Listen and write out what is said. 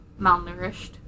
malnourished